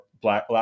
black